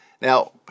Now